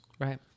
Right